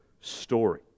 story